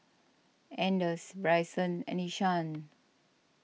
anders Brycen and Ishaan